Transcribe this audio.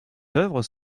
œuvres